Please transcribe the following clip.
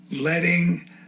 letting